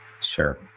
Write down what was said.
Sure